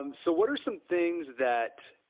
um so what are some things that